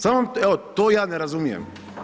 Samo evo, to ja ne razumijem.